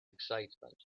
excitement